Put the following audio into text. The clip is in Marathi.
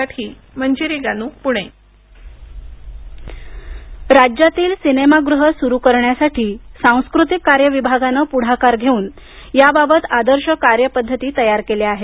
सिनेमागृह राज्यातील सिनेमागृहे सुरु करण्यासाठी सांस्कृतिक कार्य विभागानं पुढाकार घेऊन याबाबत आदर्श कार्यपध्दती तयार केल्या आहेत